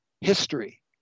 history